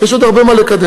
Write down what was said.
ויש עוד הרבה מה לקדם.